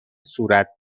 صورت